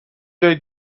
جای